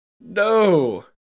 No